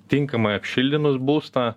tinkamai apšiltinus būstą